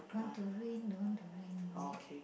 want to rain don't want to rain is it